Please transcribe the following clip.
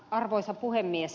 arvoisa puhemies